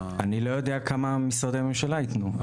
אני לא יודע כמה משרדי הממשלה ייתנו.